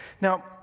Now